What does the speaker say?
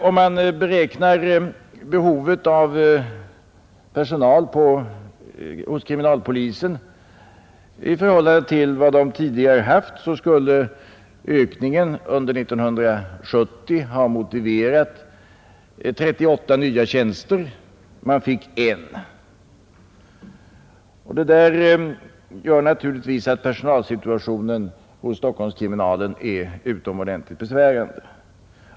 Om man räknar behovet av personal hos kriminalpolisen i förhållande till den personal man tidigare har haft där, så skulle ökningen av brott under 1970 ha motiverat 38 nya tjänster. Man fick en. Detta gör naturligtvis att personalsituationen hos Stockholmskriminalen är utomordentligt besvärlig.